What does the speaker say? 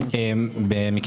היום?